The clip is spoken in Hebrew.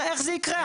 איך זה יקרה.